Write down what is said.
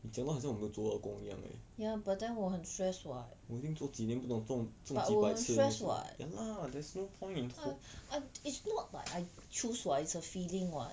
ya but then 我很 stress [what] but 我很 stress [what] I I it's not like I choose [what]